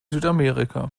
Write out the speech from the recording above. südamerika